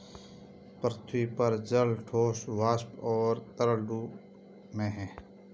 पृथ्वी पर जल ठोस, वाष्प और तरल रूप में है